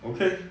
okay